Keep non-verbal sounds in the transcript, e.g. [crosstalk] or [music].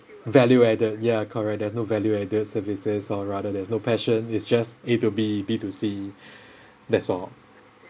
value added ya correct there's no value added services or rather there's no passion it's just A to B B to C [breath] that's all